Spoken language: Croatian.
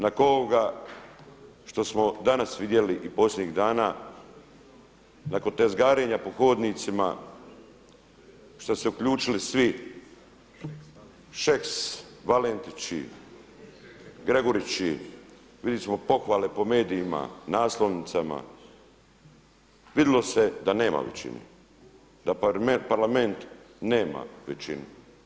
Nakon ovoga što smo danas vidjeli i posljednjih dana, nakon tezgarenja po hodnicima što su se uključili svi Šeks, Valentići, Gregurići, vidjeli smo pohvale po medijima, naslovnicama, vidlo se da nema većine, da Parlament nema većinu.